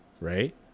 Right